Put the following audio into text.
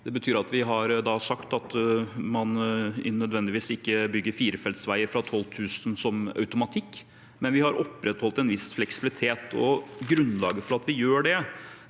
Det betyr at vi har sagt at man ikke nødvendigvis bygger firefeltsveier fra 12 000 som automatikk, men vi har opprettholdt en viss fleksibilitet. Grunnlaget for at vi gjør det,